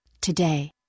Today